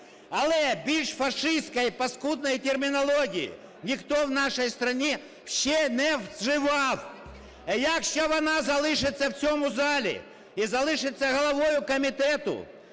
але більш фашистської і паскудної термінології ніхто в нашей стране ще не вживав. Якщо вона залишиться в цьому залі і залишиться головою комітету,